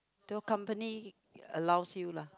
to your company allows you lah